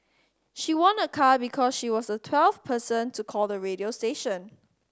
she won a car because she was the twelfth person to call the radio station